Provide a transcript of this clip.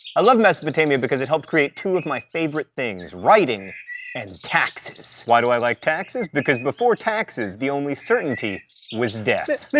i love mesopotamia because it helped create two of my favorite things writing and taxes. why do i like taxes? because before taxes, the only certainty was death.